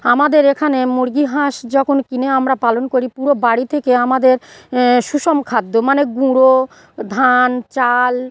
আমাদের এখানে মুরগি হাঁস যখন কিনে আমরা পালন করি পুরো বাড়ি থেকে আমাদের সুষম খাদ্য মানে গুঁড়ো ধান চাল